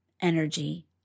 energy